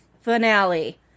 finale